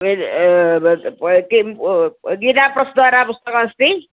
किं गीता प्रस् द्वारा पुस्तकमस्ति